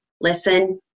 listen